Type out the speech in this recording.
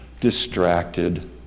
distracted